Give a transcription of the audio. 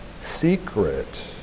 secret